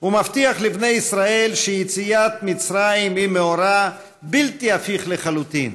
הוא מבטיח לבני ישראל שיציאת מצרים היא מאורע בלתי הפיך לחלוטין: